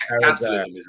capitalism